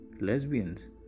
lesbians